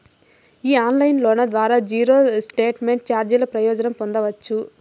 ఈ ఆన్లైన్ లోన్ల ద్వారా జీరో స్టేట్మెంట్ చార్జీల ప్రయోజనం పొందచ్చు